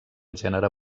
gènere